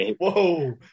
whoa